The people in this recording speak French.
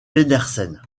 pedersen